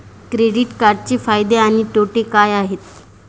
Credit कार्डचे फायदे आणि तोटे काय आहेत?